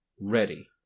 ready